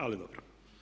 Ali dobro.